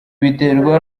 biterwa